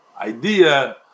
idea